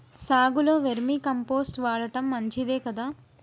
సాగులో vermicompost వాడటం మంచిదే కదా?